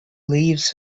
leaves